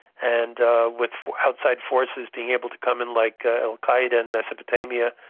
and with outside forces being able to come in, like al-qaeda in mesopotamia,